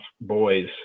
boys